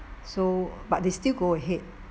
so but they still go ahead